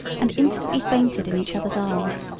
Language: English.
and instantly fainted in each other's arms.